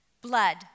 Blood